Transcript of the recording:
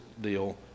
deal